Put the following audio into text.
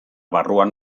barruan